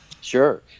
Sure